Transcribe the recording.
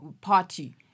party